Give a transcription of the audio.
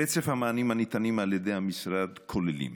רצף המענים הניתנים על ידי המשרד כוללים